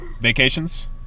vacations